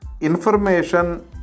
Information